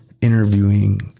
interviewing